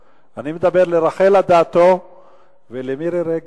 אני מדבר לרחל אדטו ולמירי רגב.